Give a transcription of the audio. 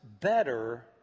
better